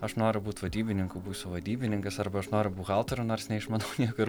aš noriu būti vadybininku būsiu vadybininkas arba aš noriu buhalteru nors neišmanau nieko ir